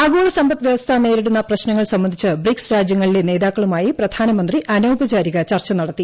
ആഗോള സമ്പദ് വ്യവസ്ഥ നേരിടുന്ന പ്രശ്നങ്ങൾ സംബന്ധിച്ച് ബ്രിക്സ് രാജ്യങ്ങളിലെ നേതാക്കളുമായി പ്രധാനമന്ത്രി അനൌപചാരിക ചർച്ച നടത്തി